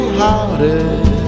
hearted